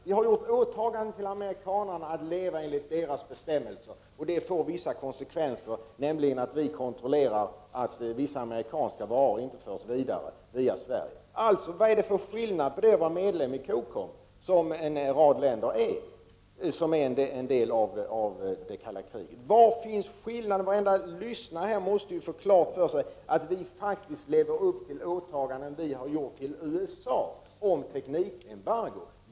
Vi har gjort åtaganden gentemot amerikanarna att leva enligt deras bestämmelser, och det får vissa konsekvenser, nämligen att vi kontrollerar att vissa amerikanska varor inte förs vidare via Sverige. Vad är det för skillnad att vara medlem i Cocom, som en rad länder är, som en del av det kalla kriget? Var finns skillnaden? Varenda lyssnare måste få klart för sig att vi faktiskt lever upp till åtaganden som vi har gjort till USA om teknikembargo.